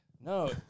No